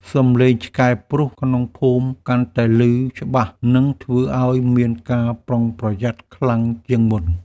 សំឡេងឆ្កែព្រុសក្នុងភូមិ កាន់តែឮច្បាស់ និងធ្វើឱ្យមានការប្រុងប្រយ័ត្នខ្លាំងជាងមុន។